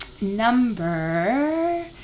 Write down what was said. Number